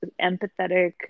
empathetic